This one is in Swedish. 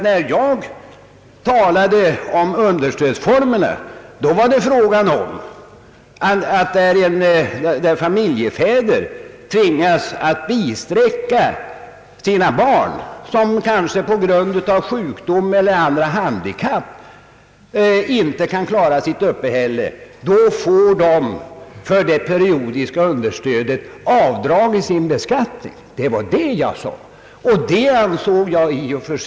När jag talade om understödsformerna var det nämligen fråga om att familjefäder tvingas bisträcka barn som kanske på grund av sjukdom eller handikapp inte kan klara sitt uppehälle, vilket berättigar till avdrag för periodiskt understöd vid beskattningen. Detta ansåg jag naturligt och rimligt.